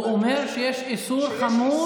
הוא אומר שיש איסור חמור,